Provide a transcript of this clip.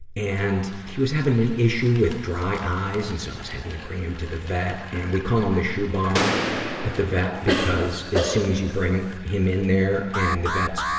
and he was having an an issue with dry eyes and so i was having to bring him to the vet, and we call him the shoe bomber at the vet because, as soon as you bring him in there and the vet,